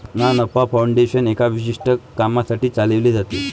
ना नफा फाउंडेशन एका विशिष्ट कामासाठी चालविले जाते